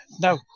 No